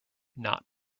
not